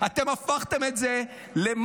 אתם הפכתם את זה למסחרה,